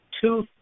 two